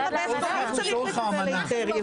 גם בית החולים צריך לקבל היתר.